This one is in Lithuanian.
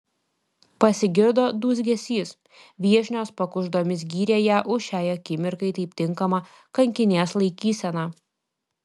pasigirdo dūzgesys viešnios pakuždomis gyrė ją už šiai akimirkai taip tinkamą kankinės laikyseną